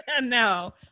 No